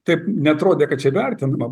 taip neatrodė kad čia vertinama